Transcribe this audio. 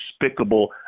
despicable